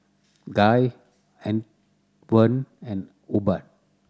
Guy Antwon and Hubbard